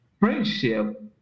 Friendship